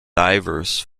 divers